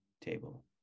table